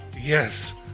yes